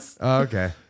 Okay